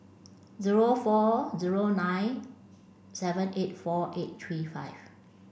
zero four zero nine seven eight four eight three five